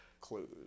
clues